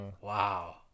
wow